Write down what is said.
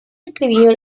escribió